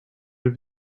have